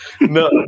No